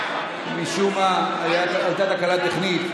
בקריאה טרומית ותעבור, הוועדה למעמד האישה.